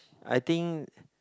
I think